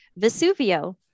vesuvio